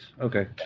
Okay